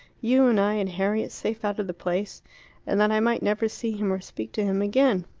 you and i and harriet safe out of the place and that i might never see him or speak to him again.